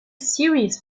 serious